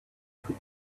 put